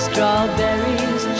Strawberries